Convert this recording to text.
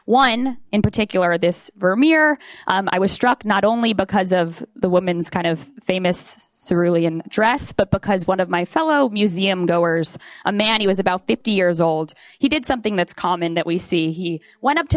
one in particular this vermeer i was struck not only because of the woman's kind of famous cerulean dress but because one of my fellow museum goers a man he was about fifty years old he did something that's common that we see he went up to